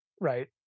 Right